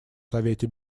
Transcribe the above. совете